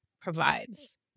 provides